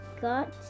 got